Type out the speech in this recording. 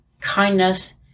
kindness